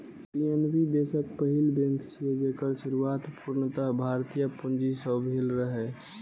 PNB देशक पहिल bank छियै, जेकर शुरुआत पूर्णतः भारतीय पूंजी सं भेल रहै